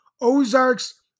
Ozarks